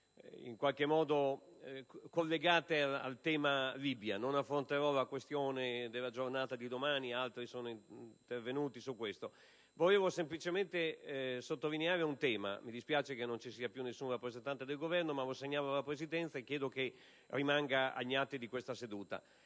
in qualche modo collegate al tema Libia. Non affronterò la questione della giornata di domani; altri sono intervenuti su questo aspetto. Vorrei semplicemente sottolineare un tema e mi dispiace che non ci sia più nessun rappresentante del Governo; lo segnalo comunque alla Presidenza e chiedo che rimanga agli atti di questa seduta.